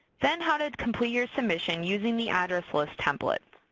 then how to complete your submission using the address list template.